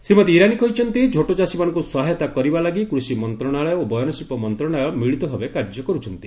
ଶ୍ରୀମତୀ ଇରାନୀ କହିଛନ୍ତି ଝୋଟଚାଷୀମାନଙ୍କୁ ସହାୟତା କରିବା ଲାଗି କୃଷିମନ୍ତ୍ରଣାଳୟ ଓ ବୟନଶିଳ୍ପ ମନ୍ତ୍ରଣାଳୟ ମିଳିତ ଭାବେ କାର୍ଯ୍ୟ କର୍ଛନ୍ତି